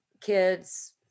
kids